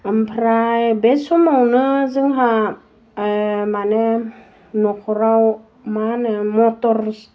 आमफ्राइ बे समावनो जोंहा ओह मानि न'खराव मा होनो मटर